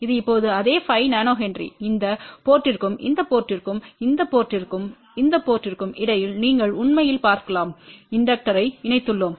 இது இப்போது அதே 5 nHஇந்த போர்ட்த்திற்கும் இந்த போர்ட்த்திற்கும் இந்த போர்ட்த்திற்கும் இந்த போர்ட்த்திற்கும் இடையில் நீங்கள் உண்மையில் பார்க்கலாம் இண்டக்டர்யை இணைத்துள்ளோம்